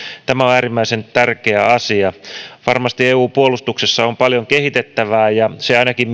tämä on äärimmäisen tärkeä asia varmasti eu puolustuksessa on paljon kehitettävää ja ainakin